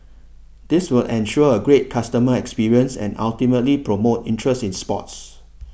this will ensure a great customer experience and ultimately promote interest in sports